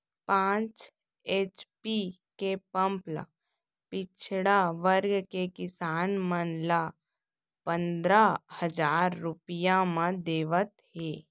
पांच एच.पी के पंप ल पिछड़ा वर्ग के किसान मन ल पंदरा हजार रूपिया म देवत हे